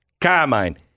Carmine